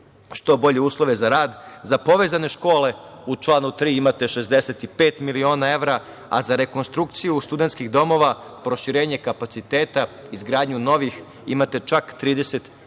što bolje uslove za rad.Za povezane škole, u članu 3. imate 65 miliona evra, a za rekonstrukciju studentskih domova, proširenje kapaciteta, izgradnju novih, imate čak 32 miliona